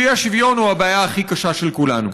שהאי-שוויון הוא הבעיה הכי קשה של כולנו.